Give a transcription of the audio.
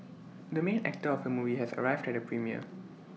the main actor of the movie has arrived at the premiere